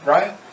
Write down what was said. Right